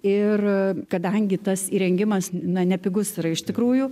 ir kadangi tas įrengimas na nepigus yra iš tikrųjų